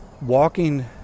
walking